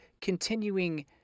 continuing